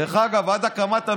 דרך אגב, עד הקמת הממשלה,